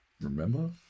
remember